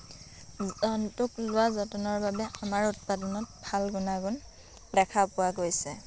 জন্তুক লোৱা যতনৰ বাবে আমাৰ উৎপাদনত ভাল গুণাগুণ দেখা পোৱা গৈছে